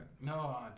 No